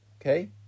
Okay